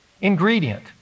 ingredient